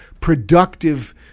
productive